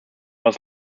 was